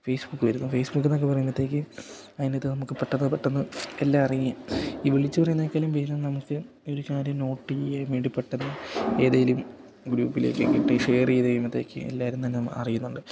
Facebook വരുന്നു Facebook എന്നൊക്കെ പറയുമ്പത്തേക്ക് അതിനകത്ത് നമുക്ക് പെട്ടെന്ന് പെട്ടെന്ന് എല്ലാം അറിയാം ഈ വിളിച്ച് പറയുന്നതിനെക്കാളും വേഗം നമുക്ക് ഒരു കാര്യം നോട്ട് ചെയ്യാൻ വേണ്ടി പെട്ടെന്ന് ഏതെങ്കിലും ഗ്രൂപ്പിലേക്ക് കിട്ടി ഷെയർ ചെയ്ത് കഴിയുമ്പത്തേക്ക് എല്ലാവരും തന്നെ അറിയുന്നുണ്ട്